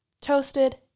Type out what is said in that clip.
toasted